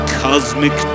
cosmic